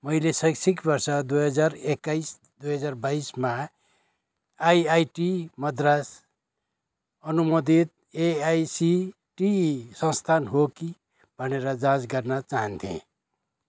मैले शैक्षिक वर्ष दुई हजार एक्काइस दुई हजार बाइसमा आइआइटी मद्रास अनुमोदित एआइसिटिई संस्थान हो कि भनेर जाँच गर्न चाहन्थे